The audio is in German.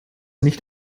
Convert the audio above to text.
nicht